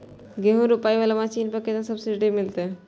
गेहूं रोपाई वाला मशीन पर केतना सब्सिडी मिलते?